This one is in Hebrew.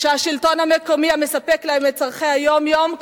שהשלטון המקומי המספק להם את צורכי היום-יום,